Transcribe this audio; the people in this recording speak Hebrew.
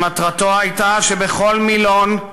שמטרתו הייתה שבכל מילון,